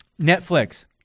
Netflix